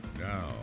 Now